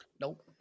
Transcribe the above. Nope